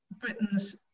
britain's